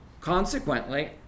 Consequently